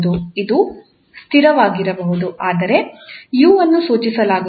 ಅದು ಸ್ಥಿರವಾಗಿರಬಹುದು ಆದರೆ 𝑢 ಅನ್ನು ಸೂಚಿಸಲಾಗುತ್ತದೆ